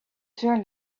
turn